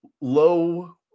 low